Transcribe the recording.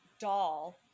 doll